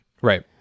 right